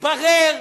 מתברר